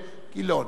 גילאון.